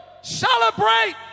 Celebrate